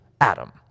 Adam